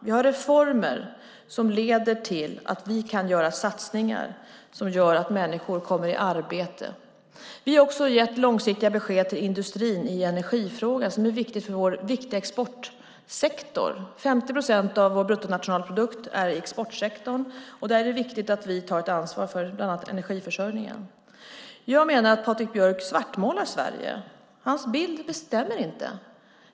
Vi har reformer som leder till att vi kan göra satsningar som gör att människor kommer i arbete. Vi har också gett långsiktiga besked till industrin i energifrågan som är viktig för vår exportsektor. 50 procent av vår bruttonationalprodukt är exportsektorn, och där är det viktigt att vi tar ett ansvar för bland annat energiförsörjningen. Jag menar att Patrik Björck svartmålar Sverige. Hans bild stämmer inte.